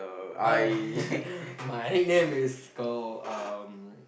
my my nickname is called um